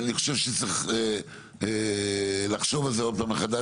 אני חושב שצריך לחשוב על זה עוד פעם מחדש.